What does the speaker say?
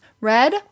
red